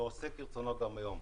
ועושה כרצונו גם היום.